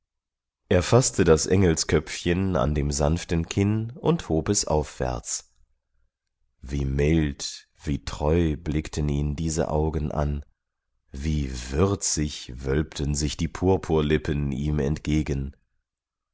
er faßte das engelsköpfchen an dem sanften kinn und hob es aufwärts wie mild wie treu blickten ihn diese augen an wie würzig wölbten sich die purpurlippen ihm entgegen